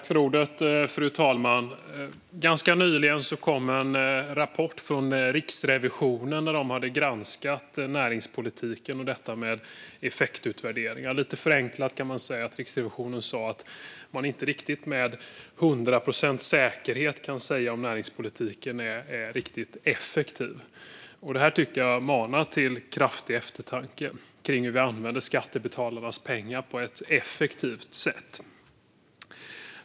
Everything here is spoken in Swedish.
Fru talman! Ganska nyligen kom en rapport från Riksrevisionen. Man hade granskat näringspolitiken och detta med effektutvärderingar. Lite förenklat sa Riksrevisionen att man inte med hundra procents säkerhet kan säga om näringspolitiken är riktigt effektiv. Detta tycker jag manar till eftertanke kring hur vi använder skattebetalarnas pengar på ett effektivt sätt.